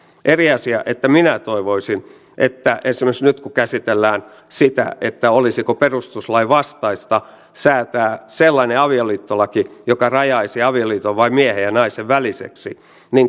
eri asia on se että minä toivoisin että esimerkiksi nyt kun käsitellään sitä olisiko perustuslain vastaista säätää sellainen avioliittolaki joka rajaisi avioliiton vain miehen ja naisen väliseksi